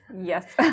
Yes